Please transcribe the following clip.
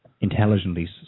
intelligently